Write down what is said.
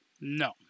No